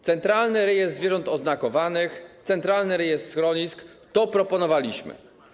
Centralny rejestr zwierząt oznakowanych, centralny rejestr schronisk - to proponowaliśmy.